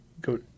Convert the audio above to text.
Go